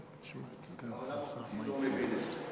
והעולם החופשי לא מבין את זה.